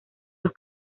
los